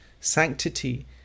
sanctity